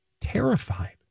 terrified